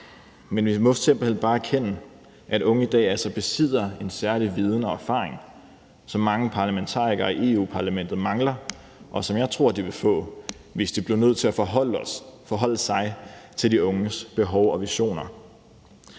men vi må simpelt hen bare erkende, at unge i dag altså besidder en særlig viden og erfaring, som mange parlamentarikere i Europa-Parlamentet mangler, og som jeg tror de vil få, hvis de bliver nødt til at forholde sig til de unges behov og visioner.